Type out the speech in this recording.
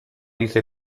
dice